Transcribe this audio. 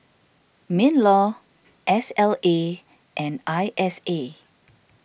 MinLaw S L A and I S A